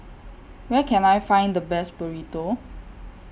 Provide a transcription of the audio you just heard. Where Can I Find The Best Burrito